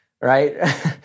right